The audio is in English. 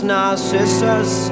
Narcissus